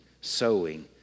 sowing